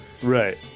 right